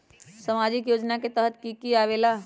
समाजिक योजना के तहद कि की आवे ला?